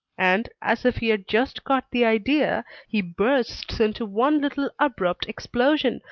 and, as if he had just caught the idea, he bursts into one little abrupt explosion,